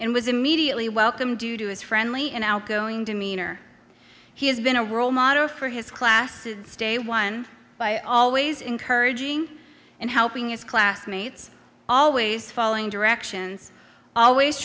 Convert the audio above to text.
and was immediately welcomed to do is friendly and outgoing demeanor he has been a role model for his classes stay one by always encouraging and helping his classmates always following directions always